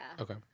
Okay